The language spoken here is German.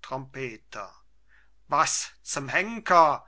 trompeter was zum henker